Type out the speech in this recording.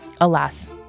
alas